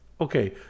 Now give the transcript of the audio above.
okay